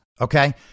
okay